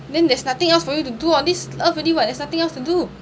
then there's nothing else for you to do on this earth already [what] there's nothing else to do